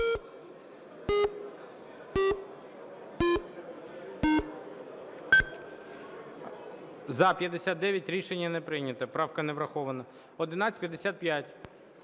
За-59 Рішення не прийнято. Правка не врахована. 1155.